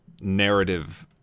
narrative